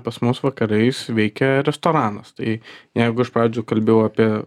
pas mus vakarais veikia restoranas tai jeigu iš pradžių kalbėjau apie